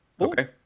Okay